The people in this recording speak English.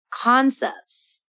concepts